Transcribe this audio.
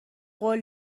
قول